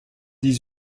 dix